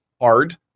hard